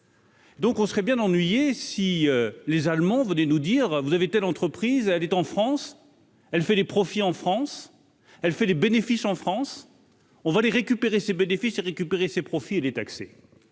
Donc, on serait bien ennuyés si les Allemands, venez nous dire : vous avez été l'entreprise, elle est en France, elle fait des profits en France, elle fait des bénéfices, en France, on va les récupérer ses bénéfices récupérer ses profits et les taxer,